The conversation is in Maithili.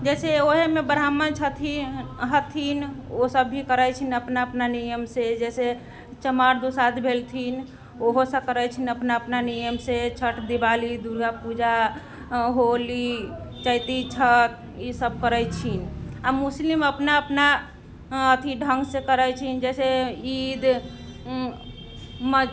जैसे ओहेमे ब्राह्मण छथिन हथिन ओ सब भी करै छीन अपना अपना नियमसँ जैसे चमार दुसाध भेलथिन ओहो सब करै छथिन अपना अपना नियमसँ छठ दीवाली दुर्गापूजा होली चैती छठ ई सब करै छीन आओर मुस्लिम अपना अपना अथी ढङ्गसँ करै छीन जैसे ईद